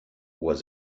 was